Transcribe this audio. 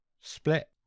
split